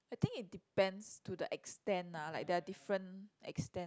I think it depends to the extend lah like there are different extend